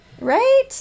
Right